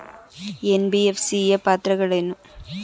NBFC ಯ ಪಾತ್ರಗಳೇನು?